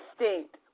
instinct